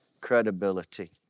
credibility